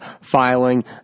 filing